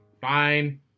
Fine